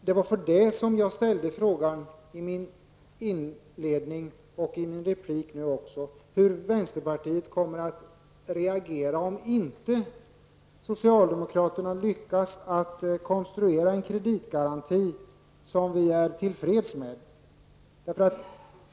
Det var därför som jag i mitt inledningsanförande och i min förra replik ställde frågan hur vänsterpartiet kommer att reagera om inte socialdemokraterna lyckas konstruera en kreditgaranti som vi är till freds med.